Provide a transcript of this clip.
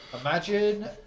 Imagine